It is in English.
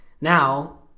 Now